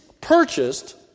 purchased